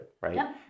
right